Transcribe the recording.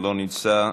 לא נמצא,